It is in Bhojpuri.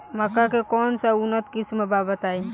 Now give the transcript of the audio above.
मक्का के कौन सा उन्नत किस्म बा बताई?